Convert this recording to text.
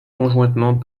conjointement